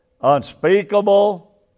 Unspeakable